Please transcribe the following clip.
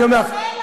שאנחנו כאן,